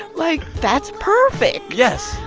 like, that's perfect yes,